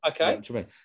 okay